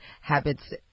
habits